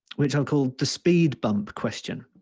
which i've called the speed bump question.